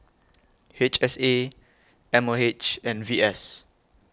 H S A M O H and V S